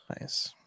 nice